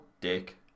Dick